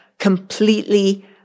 completely